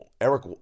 Eric